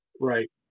Right